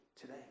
today